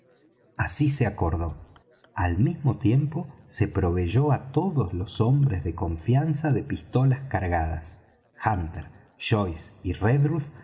así se acordó al mismo tiempo se proveyó á todos los hombres de confianza de pistolas cargadas hunter joyce y redruth